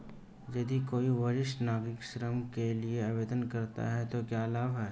यदि कोई वरिष्ठ नागरिक ऋण के लिए आवेदन करता है तो क्या लाभ हैं?